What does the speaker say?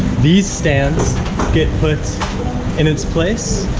these stands get put in its place.